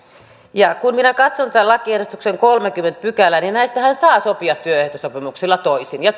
ja kun minä katson tätä lakiehdotuksen kolmattakymmenettä pykälää niin näistähän saa sopia työehtosopimuksilla toisin ja